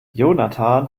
jonathan